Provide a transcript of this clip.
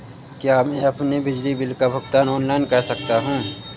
क्या मैं अपने बिजली बिल का भुगतान ऑनलाइन कर सकता हूँ?